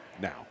now